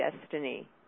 destiny